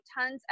tons